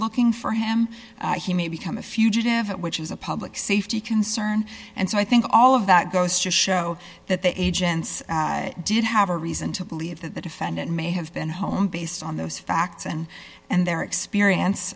looking for him he may become a fugitive which is a public safety concern and so i think all of that goes to show that the agents did have a reason to believe that the defendant may have been home based on those facts and and their experience